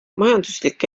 majanduslik